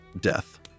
death